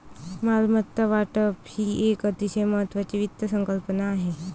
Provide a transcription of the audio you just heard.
मालमत्ता वाटप ही एक अतिशय महत्वाची वित्त संकल्पना आहे